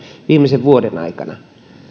viimeisen vuoden aikana